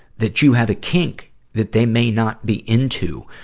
that you have a kink that they may not be into.